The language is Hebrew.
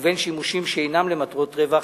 ובין שימושים שאינם למטרות רווח".